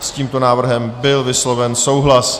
S tímto návrhem byl vysloven souhlas.